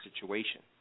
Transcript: situation